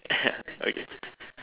okay